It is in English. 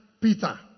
Peter